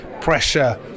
pressure